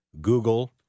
Google